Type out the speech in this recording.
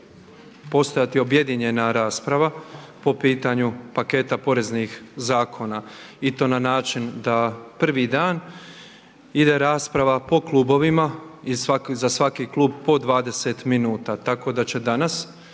postojati objedinjena rasprava po pitanju paketa poreznih zakona i to na način da prvi dan ide rasprava po klubovima i za svaki klub po 20 minuta, tako da će danas